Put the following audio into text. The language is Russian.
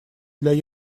для